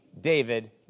David